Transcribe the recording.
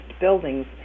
buildings